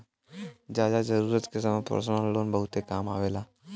जादा जरूरत के समय परसनल लोन बहुते काम आवेला